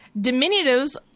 Diminutives